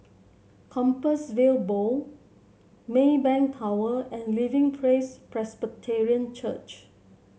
Compassvale Bow Maybank Tower and Living Praise Presbyterian Church